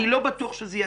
אני לא בטוח שזה יצליח,